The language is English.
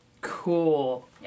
Cool